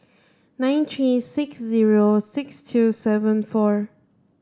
nine three six zero six two seven four